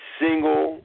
single